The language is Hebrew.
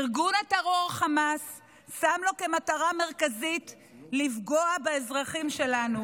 ארגון הטרור חמאס שם לו כמטרה מרכזית לפגוע באזרחים שלנו,